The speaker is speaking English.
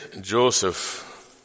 Joseph